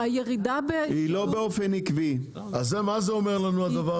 מה זה אומר לנו הדבר הזה?